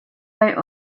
out